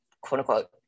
quote-unquote